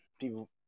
people